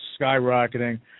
skyrocketing